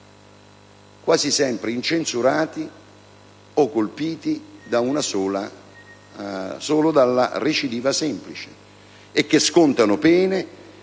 quasi sempre incensurati o colpiti solo da una recidiva semplice e che scontano pene